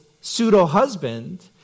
pseudo-husband